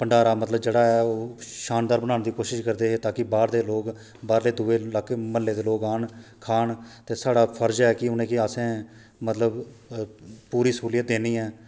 भंडारा मतलब जेह्ड़ा ऐ ओह् शानदार बनाने दी कोशश करदे हे ताकि बाह्र दे लोक बाह्र दे दुए लाह्के महल्लै दे लोक औन खान ते साढ़ा फर्ज ऐ कि उ'नें गी असें मतलब पूरी स्हूलत देनी ऐं